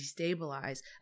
destabilize